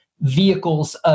vehicles